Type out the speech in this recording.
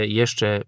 jeszcze